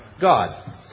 God